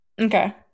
Okay